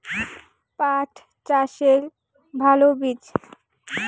পাঠ চাষের ভালো বীজ?